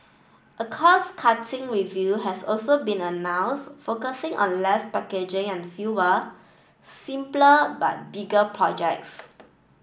a cost cutting review has also been announced focusing on less packaging and fewer simpler but bigger projects